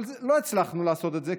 אבל לא הצלחנו לעשות את זה,